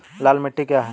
लाल मिट्टी क्या है?